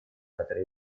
которая